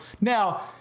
Now